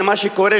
למה שקורה,